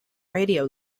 radio